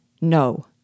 No